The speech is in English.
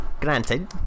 granted